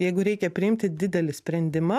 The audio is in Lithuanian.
jeigu reikia priimti didelį sprendimą